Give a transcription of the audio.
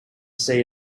see